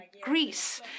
Greece